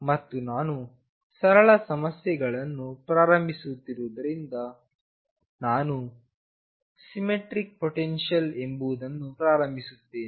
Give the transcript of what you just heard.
ಮತ್ತು ನಾನು ಸರಳ ಸಮಸ್ಯೆಗಳನ್ನು ಪ್ರಾರಂಭಿಸುತ್ತಿರುವುದರಿಂದ ನಾನು ಸಿಮ್ಮೆಟ್ರಿಕ್ ಪೊಟೆನ್ಶಿಯಲ್ ಎಂಬುದನ್ನು ಪ್ರಾರಂಭಿಸುತ್ತೇನೆ